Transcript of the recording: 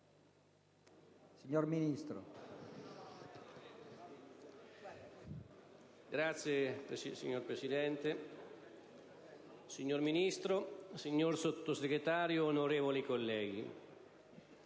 signor Ministro, signor Sottosegretario, onorevoli colleghi,